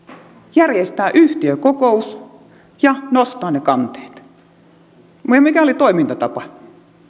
järjestää yhtiökokous ja nostaa ne kanteet mikä oli toimintatapa